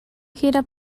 gira